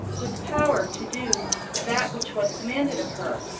with power to do that which was demanded of her,